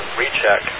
recheck